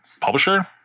publisher